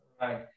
right